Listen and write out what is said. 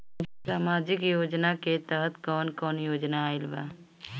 सामाजिक योजना के तहत कवन कवन योजना आइल बा?